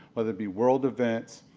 or there'll be world events,